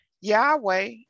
Yahweh